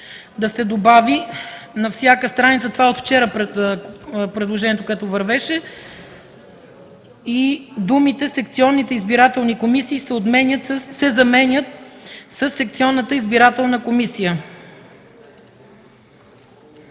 да се добави „на всяка страница” – това е от вчера предложението, което вървеше, и думите „секционните избирателни комисии” се заменят със „секционната избирателна комисия”.